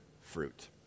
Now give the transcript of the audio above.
fruit